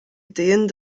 ideen